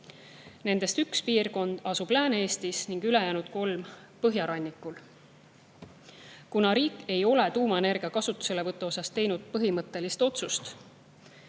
Nendest üks piirkond asub Lääne‑Eestis ning ülejäänud kolm põhjarannikul. Kuna riik ei ole teinud tuumaenergia kasutuselevõtu kohta põhimõttelist otsust,